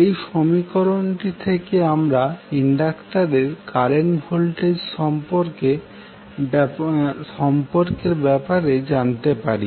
এই সমীকরণটি থেকে আমরা ইন্ডাক্টরের কারেন্ট ভোল্টেজ সম্পর্কের ব্যাপারে জানতে পারি